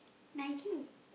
Nike